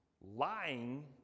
lying